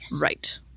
Right